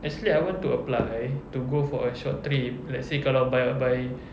actually I want to apply to go for a short trip let's say kalau by by